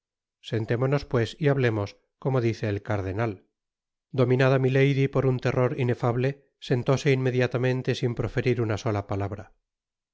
sentémonos pues y hablemos como dice el cardenal dominada milady por un terror inefable sentóse inmediatamente sin proferir una sola palabra